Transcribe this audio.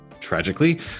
tragically